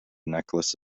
necklace